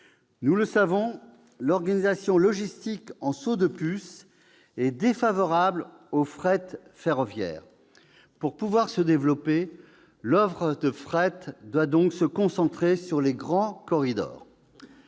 Nous le savons, l'organisation logistique en « saut de puces » est défavorable au fret ferroviaire : pour pouvoir se développer, l'offre de fret doit donc se concentrer sur les grands corridors.